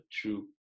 true